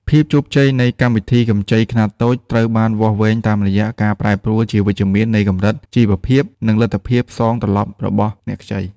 ភាពជោគជ័យនៃកម្មវិធីកម្ចីខ្នាតតូច ត្រូវបានវាស់វែងតាមរយៈការប្រែប្រួលជាវិជ្ជមាននៃកម្រិតជីវភាព និងលទ្ធភាពសងត្រឡប់របស់អ្នកខ្ចី។